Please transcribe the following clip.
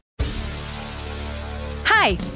Hi